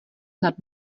nad